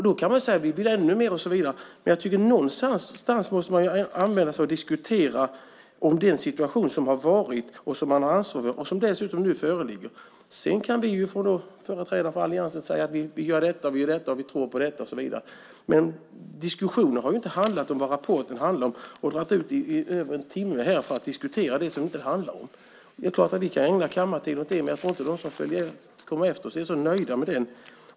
Då kan man säga att man vill ännu mera och så vidare, men jag tycker att någonstans måste man anmäla sig för att diskutera den situation som har varit och som man har ansvar för, och dessutom den som nu föreligger. Sedan kan vi företrädare för alliansen säga att vi gör det och det och tror på det och det. Men diskussionen har inte handlat om vad rapporten handlar om, utan har dragit ut över en timme med diskussion om något som detta inte handlar om. Det är klart att vi kan ägna kammartid åt det, men jag tror inte att de som kommer efter oss är så nöjda med det.